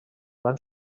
van